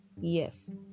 yes